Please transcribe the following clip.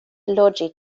loĝi